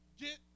get